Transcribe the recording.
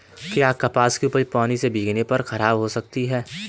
क्या कपास की उपज पानी से भीगने पर खराब हो सकती है?